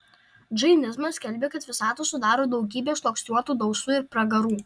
džainizmas skelbė kad visatą sudaro daugybė susluoksniuotų dausų ir pragarų